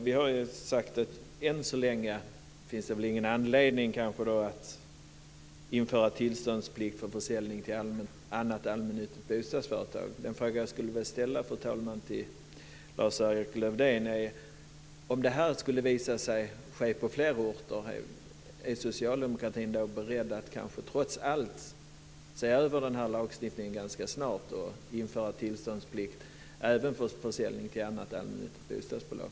Vi har sagt att det än så länge kanske inte finns någon anledning att införa tillståndsplikt för försäljning till annat allmännyttigt bostadsföretag. Men den fråga som jag skulle vilja ställa till Lars-Erik Lövdén, fru talman, är: Om detta skulle visa sig ske på fler orter - är socialdemokratin då beredd att trots allt se över lagstiftningen ganska snart och införa tillståndsplikt även för försäljning till annat allmännyttigt bostadsbolag?